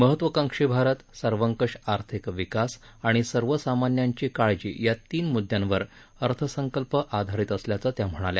महत्त्वाकांशी भारत सर्वकष आर्थिक विकास आणि सर्वसामान्यांची काळजी या तीन मुद्द्यांवर अर्थसंकल्प आधारित असल्याचं त्या म्हणाल्या